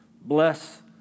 bless